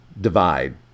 divide